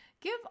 Give